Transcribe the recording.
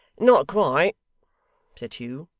not quite said hugh.